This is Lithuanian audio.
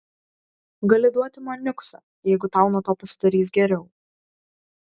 gali duoti man niuksą jeigu tau nuo to pasidarys geriau